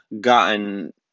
gotten